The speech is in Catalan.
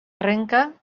arranque